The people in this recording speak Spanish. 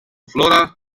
flora